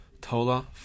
Tola